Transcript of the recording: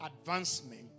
advancement